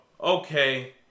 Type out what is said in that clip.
Okay